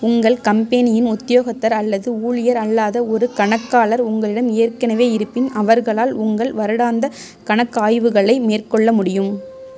உங்கள் கம்பெனியின் உத்தியோகத்தர் அல்லது ஊழியர் அல்லாத ஒரு கணக்காளர் உங்களிடம் ஏற்கனவே இருப்பின் அவர்களால் உங்கள் வருடாந்த கணக்காய்வுகளை மேற்கொள்ள முடியும்